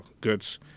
goods